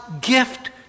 gift